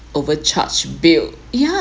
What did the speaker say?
overcharged bill yeah